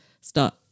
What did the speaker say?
start